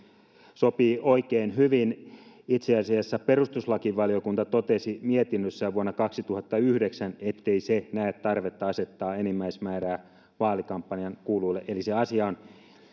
sopii oikein hyvin itse asiassa perustuslakivaliokunta totesi mietinnössään vuonna kaksituhattayhdeksän ettei se näe tarvetta asettaa enimmäismäärää vaalikampanjan kuluille eli se asia on